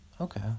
Okay